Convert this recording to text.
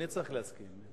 אני צריך להסכים.